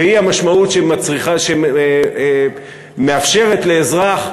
והיא המשמעות שמאפשרת לאזרח,